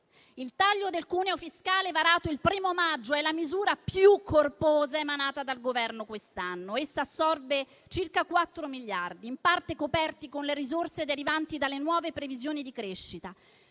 Il taglio del cuneo fiscale varato il 1° maggio è la misura più corposa emanata dal Governo quest'anno. Essa assorbe circa 4 miliardi, in parte coperti con le risorse derivanti dalle nuove previsioni di crescita.